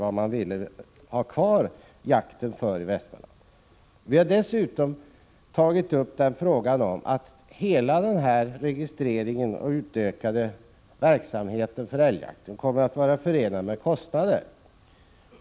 Vi har dessutom tagit upp hela frågan om huruvida registreringen och den utökade verksamheten för älgjakten kommer att vara förenade med kostnader.